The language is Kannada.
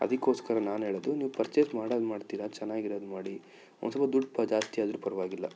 ಅದಕ್ಕೋಸ್ಕರ ನಾನು ಹೇಳದು ನೀವು ಪರ್ಚೆಸ್ ಮಾಡದು ಮಾಡ್ತೀರ ಚನಾಗಿರದು ಮಾಡಿ ಒಂದು ಸ್ವಲ್ಪ ದುಡ್ಡು ಪ ಜಾಸ್ತಿ ಆದರೂ ಪರವಾಗಿಲ್ಲ